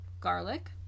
garlic